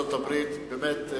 באמת,